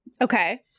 Okay